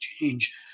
change